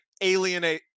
alienate